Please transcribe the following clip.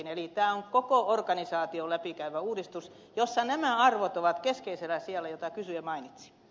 eli tämä on koko organisaation läpikäyvä uudistus jossa nämä arvot ovat keskeisellä sijalla jotka kysyjä mainitsi